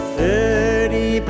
Thirty